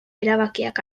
erabakiak